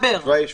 קודם כול,